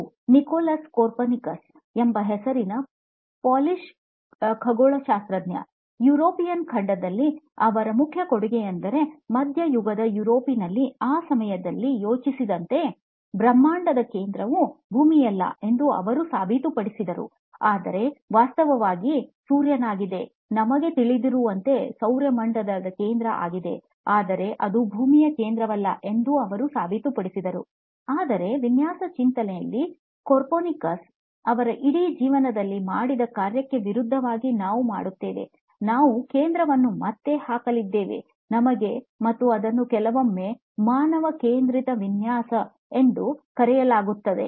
ಇದು Nicolaus Copernicus ಎಂಬ ಹೆಸರಿನ ಪೋಲಿಷ್ ಖಗೋಳಶಾಸ್ತ್ರಜ್ಞ ಯುರೋಪಿಯನ್ ಖಂಡದಲ್ಲಿ ಅವರ ಮುಖ್ಯ ಕೊಡುಗೆಯೆಂದರೆ ಮಧ್ಯಯುಗದ ಯುರೋಪಿನಲ್ಲಿ ಆ ಸಮಯದಲ್ಲಿ ಯೋಚಿಸಿದಂತೆ ಬ್ರಹ್ಮಾಂಡದ ಕೇಂದ್ರವು ಭೂಮಿಯಲ್ಲ ಎಂದು ಅವರು ಸಾಬೀತುಪಡಿಸಿದರು ಆದರೆ ವಾಸ್ತವವಾಗಿ ಸೂರ್ಯನಾಗಿದೆ ನಮಗೆ ತಿಳಿದಿರುವಂತೆ ಸೌರಮಂಡಲದ ಕೇಂದ್ರ ಆಗಿದೆ ಆದರೆ ಅದು ಭೂಮಿಯ ಕೇಂದ್ರವಲ್ಲ ಎಂದು ಅವರು ಸಾಬೀತುಪಡಿಸಿದರು ಆದರೆ ವಿನ್ಯಾಸ ಚಿಂತನೆಯಲ್ಲಿ ಕೋಪರ್ನಿಕಸ್ ಅವರ ಇಡೀ ಜೀವನದಲ್ಲಿ ಮಾಡಿದ ಕಾರ್ಯಕ್ಕೆ ವಿರುದ್ಧವಾಗಿ ನಾವು ಮಾಡುತ್ತೇವೆ ನಾವು ಕೇಂದ್ರವನ್ನು ಮತ್ತೆ ಹಾಕಲಿದ್ದೇವೆ ನಮಗೆ ಮತ್ತು ಅದನ್ನು ಕೆಲವೊಮ್ಮೆ ಮಾನವ ಕೇಂದ್ರಿತ ವಿನ್ಯಾಸ ಎಂದು ಕರೆಯಲಾಗುತ್ತದೆ